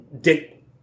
Dick